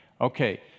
Okay